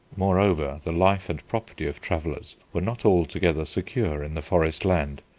moreover the life and property of travellers were not altogether secure in the forest land,